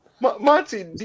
Monty